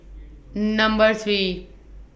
Number three